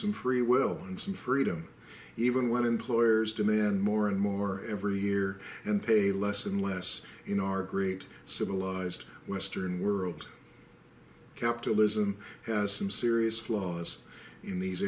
some free will and some freedom even when employers demand more and more every year and pay less and less in our great civilized western world capitalism has some serious flaws in these